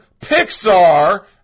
Pixar